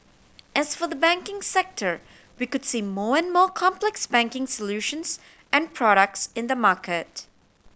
as for the banking sector we could see more and more complex banking solutions and products in the market